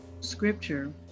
scripture